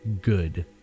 good